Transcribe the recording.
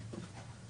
יש המון ועדות,